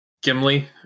Gimli